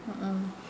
mm mm